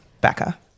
Becca